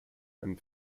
and